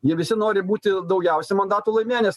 jie visi nori būti daugiausia mandatų laimėję nes